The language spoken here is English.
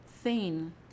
Thin